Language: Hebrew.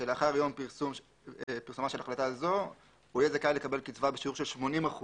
שלאחר יום פרסום החלטה זו - יהיה זכאי לקבל קצבה בשיעור של 80%